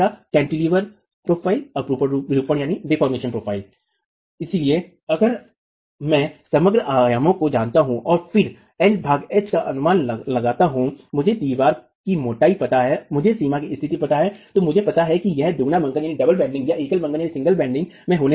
इसलिए अगर मैं समग्र आयामों को जानता हूं और फिर l भाग h का अनुमान लगाता हूं मुझे दीवार की मोटाई पता है मुझे सीमा की स्थिति पता है तो मुझे पता है कि यह दुगन बंकन या एकल बंकन में होने वाला है